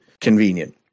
Convenient